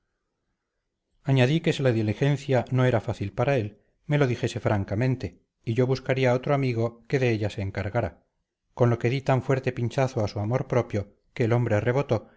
añadí que si la diligencia no era fácil para él me lo dijese francamente y yo buscaría otro amigo que de ella se encargara con lo que di tan fuerte pinchazo a su amor propio que el hombre rebotó